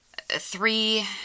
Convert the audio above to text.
three